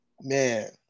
Man